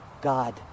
God